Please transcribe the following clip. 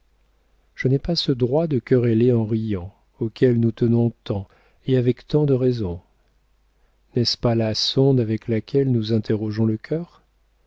je n'ai pas ce droit de quereller en riant auquel nous tenons tant et avec tant de raison n'est-ce pas la sonde avec laquelle nous interrogeons le cœur